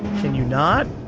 can you not?